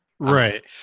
Right